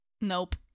Nope